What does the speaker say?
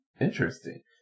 Interesting